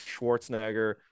Schwarzenegger